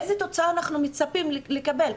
איזו תוצאה אנחנו מצפים לקבל?